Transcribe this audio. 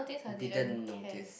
didn't notice